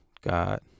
God